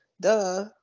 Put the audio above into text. Duh